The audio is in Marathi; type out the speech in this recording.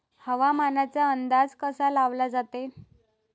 हवामानाचा अंदाज कसा लावला जाते?